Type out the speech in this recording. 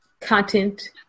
content